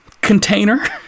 container